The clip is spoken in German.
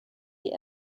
die